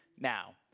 now,